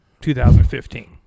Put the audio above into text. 2015